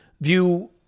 view